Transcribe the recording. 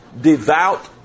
devout